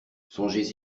songez